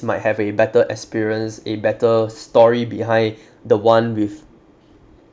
might have a better experience a better story behind the one with